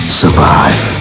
survive